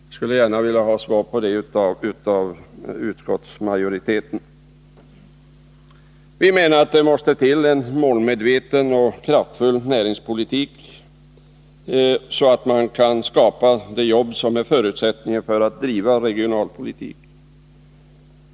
Jag skulle gärna vilja ha svar på de här frågorna av utskottsmajoriteten. Vi menar att det måste till en målmedveten och kraftfull näringspolitik så att man kan skapa de jobb som är förutsättningen för att driva regionalpolitik.